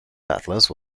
atlas